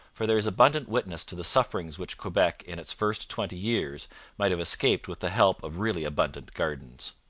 for there is abundant witness to the sufferings which quebec in its first twenty years might have escaped with the help of really abundant gardens.